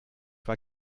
war